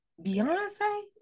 Beyonce